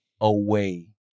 away